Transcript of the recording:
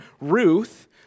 Ruth